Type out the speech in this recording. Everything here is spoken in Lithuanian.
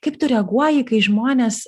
kaip tu reaguoji kai žmonės